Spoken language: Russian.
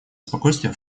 спокойствия